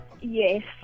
Yes